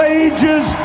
ages